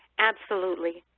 absolutely,